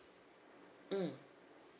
mm